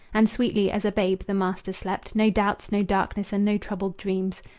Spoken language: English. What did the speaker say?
and sweetly as a babe the master slept no doubts, no darkness, and no troubled dreams.